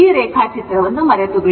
ಈ ರೇಖಾಚಿತ್ರವನ್ನು ಮರೆತುಬಿಡಿ